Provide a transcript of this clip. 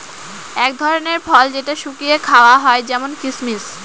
এক ধরনের ফল যেটা শুকিয়ে খাওয়া হয় যেমন কিসমিস